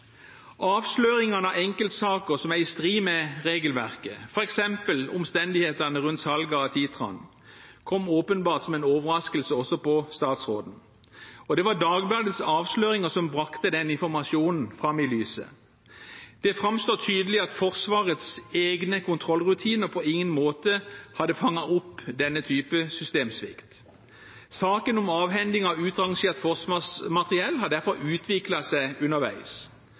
Avsløringene av enkeltsaker som er i strid med regelverket, f.eks. omstendighetene rundt salget av «Titran», kom åpenbart som en overraskelse også på statsråden. Det var Dagbladets avsløringer som brakte den informasjonen fram i lyset. Det framstår tydelig at Forsvarets egne kontrollrutiner på ingen måte hadde fanget opp denne type systemsvikt. Saken om avhending av utrangert forsvarsmateriell har derfor utviklet seg underveis.